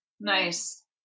Nice